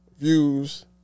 Views